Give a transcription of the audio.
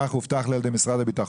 כך הובטח לי על ידי משרד הביטחון,